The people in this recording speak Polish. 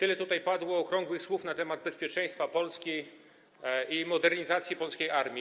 Padło tutaj tyle okrągłych słów na temat bezpieczeństwa Polski i modernizacji polskiej armii.